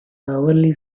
hourly